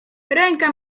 ręka